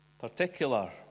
Particular